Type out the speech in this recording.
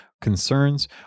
concerns